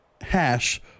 hash